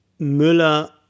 Müller